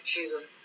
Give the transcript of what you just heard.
Jesus